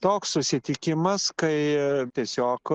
toks susitikimas kai tiesiog